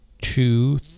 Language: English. two